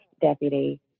deputy